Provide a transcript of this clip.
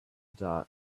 dark